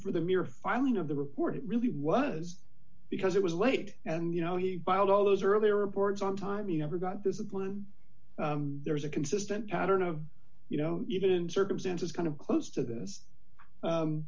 for the mere filing of the report it really was because it was late and you know he filed all those early reports on time you never got discipline there is a consistent pattern of you know even in circumstances kind of close to this